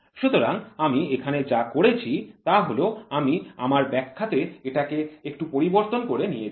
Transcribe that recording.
সুতরাং আমি এখানে যা করেছি তা হল আমি আমার ব্যাখ্যাতে এটাকে একটু পরিবর্তন করে নিয়েছি